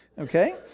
okay